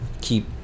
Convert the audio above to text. keep